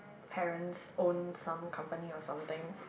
parents own some company or something